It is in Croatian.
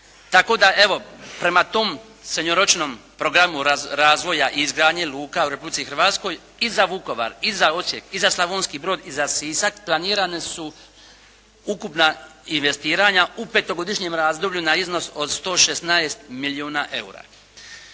tako da evo prema tom srednjoročnom programu razvoja i izgradnje luka u Republici Hrvatskoj i za Vukovar, i za Osijek, i za Slavonski Brod, i za Sisak planirana su ukupna investiranja u petogodišnjem razdoblju na iznos od 116 milijuna eura.